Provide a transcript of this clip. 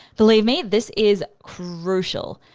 believe me, this is crucial.